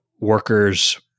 workers